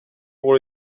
pour